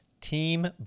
Team